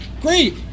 great